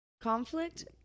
Conflict